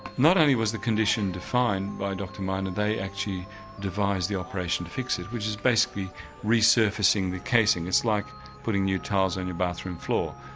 not only was the condition defined by dr minor they actually devised the operation fix it which is basically resurfacing the casing, it's like putting new tiles on your bathroom floor.